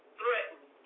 threatened